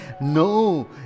No